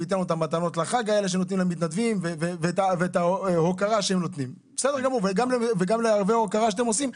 וייתן את המתנות לחג שנותנים למתנדבים ואת ההוקרה שהם נותנים.